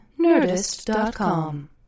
Nerdist.com